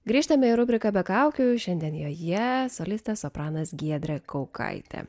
grįžtame į rubriką be kaukių šiandien joje solistė sopranas giedrė kaukaitė